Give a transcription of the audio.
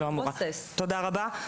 תודה רבה.